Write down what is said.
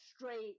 straight